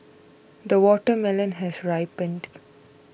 the watermelon has ripened